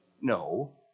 No